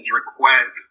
request